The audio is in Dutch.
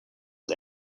het